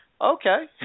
Okay